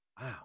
Wow